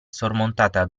sormontata